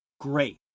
great